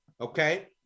okay